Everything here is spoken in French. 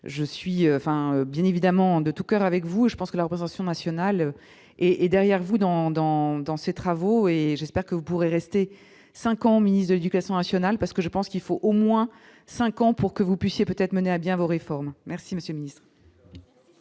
enfin, bien évidemment, de tout coeur avec vous, je pense que la représentation nationale et et derrière vous dans, dans, dans ses travaux et j'espère que vous pourrez rester 5 ans ministre de l'Éducation ational parce que je pense qu'il faut au moins 5 ans pour que vous puissiez peut-être mener à bien vos réformes, merci monsieur ministre.